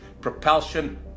propulsion